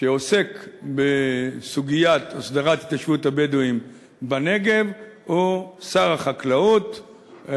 שעוסק בסוגיית הסדרת התיישבות הבדואים בנגב הוא שר החקלאות,